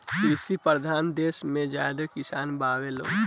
कृषि परधान देस मे ज्यादे किसान बावे लोग